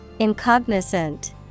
incognizant